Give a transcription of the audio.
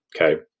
Okay